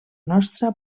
nostra